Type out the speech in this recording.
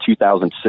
2006